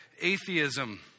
atheism